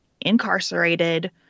incarcerated